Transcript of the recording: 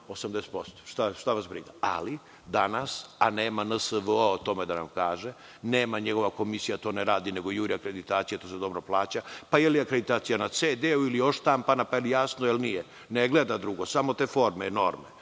80%, šta vas briga. Ali, danas, a nema NSVO o tome da nam kaže, nema, njegova komisija to ne radi, nego juri akreditacije, a to se dobro plaća. Pa, je li akreditacija na CD-u ili odštampana, pa je li jasno, ili nije. Ne gleda drugo, samo te forme, norme,